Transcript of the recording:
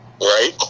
Right